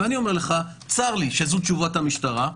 ואני אומר לך, צר לי שזו תשובת המשטרה.